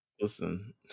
listen